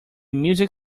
music